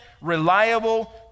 reliable